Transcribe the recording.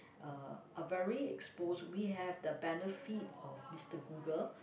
uh are very expose we have the benefit of Mister Google